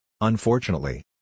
Unfortunately